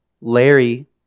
Larry